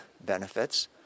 benefits